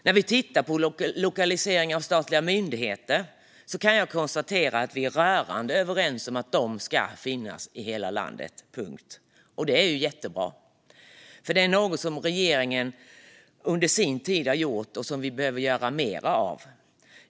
Ser man på lokalisering av statliga myndigheter kan man konstatera att vi är rörande överens om att de ska finnas i hela landet. Punkt. Det är jättebra. Det här är något som regeringen har gjort under sin tid, och det är något som vi behöver göra mer av.